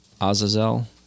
Azazel